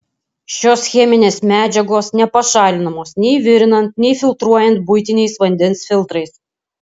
šios cheminės medžiagos nepašalinamos nei virinant nei filtruojant buitiniais vandens filtrais